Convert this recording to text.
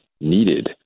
needed